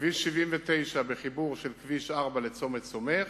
כביש 79 בחיבור של כביש 4 לצומת סומך,